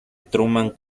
truman